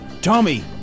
Tommy